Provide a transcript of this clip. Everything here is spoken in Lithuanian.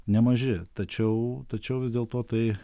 nemaži tačiau tačiau vis dėlto tai